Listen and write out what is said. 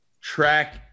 track